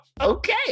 Okay